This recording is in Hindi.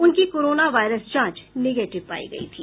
उनकी कोरोना वायरस जांच नेगेटिव पाई गई थी